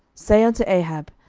say unto ahab,